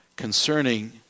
concerning